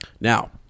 Now